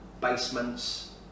basements